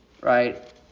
Right